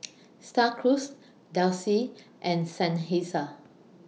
STAR Cruise Delsey and Seinheiser